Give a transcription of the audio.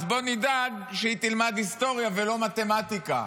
אז בואו נדאג שהיא תלמד היסטוריה ולא מתמטיקה.